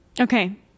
Okay